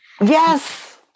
yes